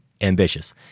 Ambitious